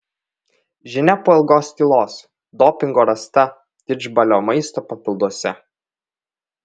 žinia po ilgos tylos dopingo rasta didžbalio maisto papilduose